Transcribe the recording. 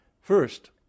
First